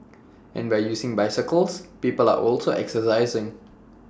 and by using bicycles people are also exercising